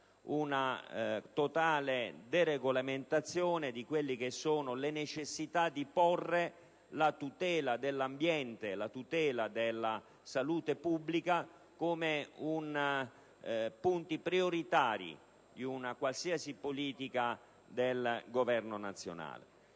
una totale deregolamentazione della necessità di porre la tutela dall'ambiente e della salute pubblica come punto prioritario di una qualsiasi politica del Governo nazionale.